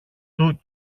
του